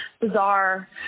bizarre